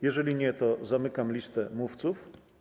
Jeżeli nie, to zamykam listę mówców.